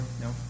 No